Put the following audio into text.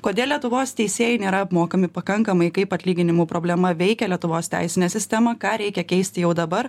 kodėl lietuvos teisėjai nėra apmokami pakankamai kaip atlyginimų problema veikia lietuvos teisinę sistemą ką reikia keisti jau dabar